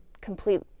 complete